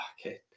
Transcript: Okay